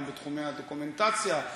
גם בתחומי הדוקומנטציה,